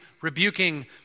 rebuking